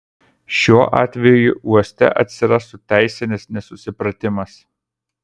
šiuo atveju uoste atsirastų teisinis nesusipratimas